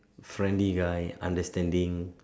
friendly guy understanding